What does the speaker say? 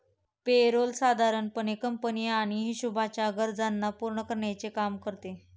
पे role साधारण पणे company आणि हिशोबाच्या गरजांना पूर्ण करण्याचे काम करते